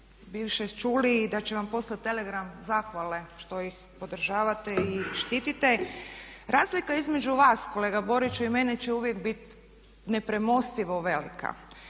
bivše čuli i da će vam poslati telegram zahvale što ih podržavate i štitite. Razlika između vas kolega Boriću i mene će uvijek bit nepremostivo velika